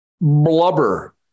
blubber